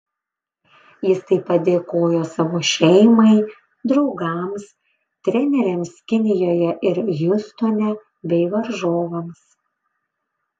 jis taip pat dėkojo savo šeimai draugams treneriams kinijoje ir hjustone bei varžovams